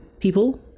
people